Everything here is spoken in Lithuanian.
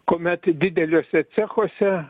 kuomet dideliuose cechuose